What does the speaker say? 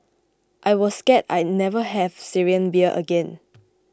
I was scared I never have Syrian beer again